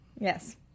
Yes